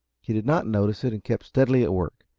he did not notice it and kept steadily at work,